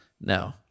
No